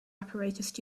apparatus